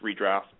redraft